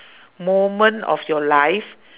moment of your life